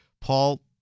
Paul